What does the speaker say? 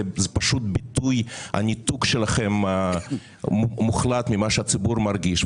זה פשוט ביטוי לניתוק שלכם המוחלט ממה שהציבור מרגיש.